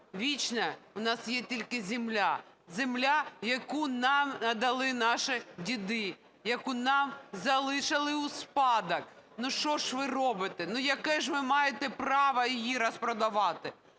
Вічна у нас є тільки земля. Земля, яку нам надали наші діди, яку нам залишили у спадок. Ну що ж ви робите?! Ну яке ж ви маєте право її розпродавати?!